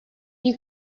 die